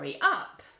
Up